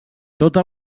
tota